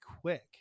quick